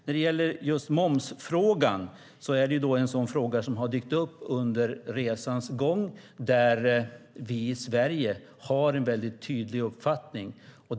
När det gäller just momsfrågan är det en fråga som har dykt upp under resans gång och där vi i Sverige har en mycket tydlig uppfattning.